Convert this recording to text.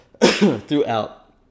throughout